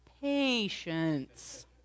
patience